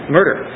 Murder